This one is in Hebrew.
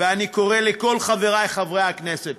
ואני קורא לכל חברי חברי הכנסת,